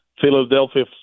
Philadelphia